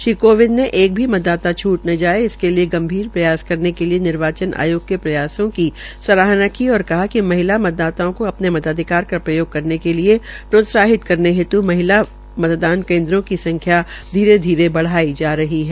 श्री कोविंद ने एक भी मतदाता छूट न जाये इसके लिये गंभीर प्रयास करने के लिये निर्वाचन आयोग के प्रयासो की सराहना की और कहा कि महिला मतदाता को अपने मताधिकार का प्रयोग करने के लिये प्रोत्साहित करने हेतु महिला मतदान केन्द्रो की संख्या धीरे धीरे बढ़ाई जा रही है